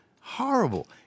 horrible